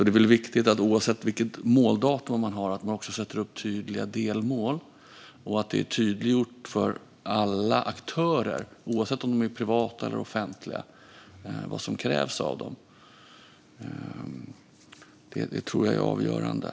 Det är viktigt att man, oavsett vilket måldatum man har, sätter upp tydliga delmål och att det är tydliggjort för alla aktörer, oavsett om de är privata eller offentliga, vad som krävs av dem. Detta tror jag är avgörande.